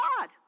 God